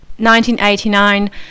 1989